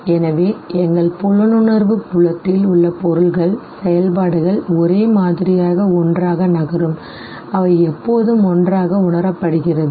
எனவே எங்கள் புலனுணர்வு புலத்தில் உள்ள பொருள்கள் செயல்பாடுகள் ஒரே மாதிரியாக ஒன்றாக நகரும் அவை எப்போதும் ஒன்றாக உணரப்படுகிறது சரி